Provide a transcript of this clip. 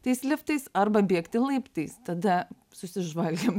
tais liftais arba bėgti laiptais tada susižvalgėm